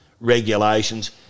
regulations